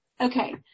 Okay